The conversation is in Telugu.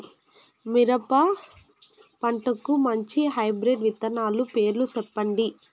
మిరప పంటకు మంచి హైబ్రిడ్ విత్తనాలు పేర్లు సెప్పండి?